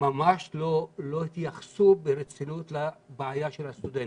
ממש לא התייחסו ברצינות לבעיית הסטודנטים.